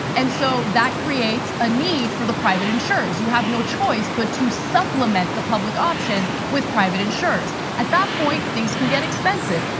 and so that creates a need for the private insurers, you have no choice but to supplement the public option with private insurers. at that point, things can get expensive.